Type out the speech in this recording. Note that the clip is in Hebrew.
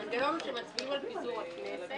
המנגנון הוא שמצביעים על פיזור הכנסת